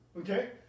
Okay